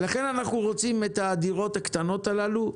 לכן, אנחנו רוצים את הדירות הקטנות הללו,